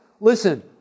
Listen